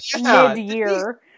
mid-year